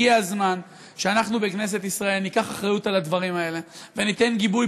הגיע הזמן שאנחנו בכנסת ישראל ניקח אחריות על הדברים האלה וניתן גיבוי,